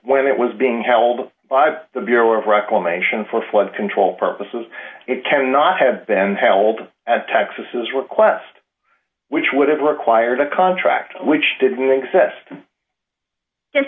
when it was being held by the bureau of reclamation for flood control purposes it cannot have been held at texas request which would have required a contract which didn't exist